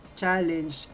challenge